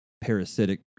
parasitic